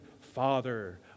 Father